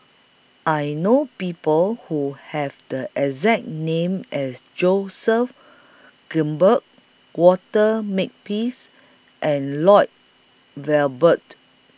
I know People Who Have The exact name as Joseph Grimberg Walter Makepeace and Lloyd Valberg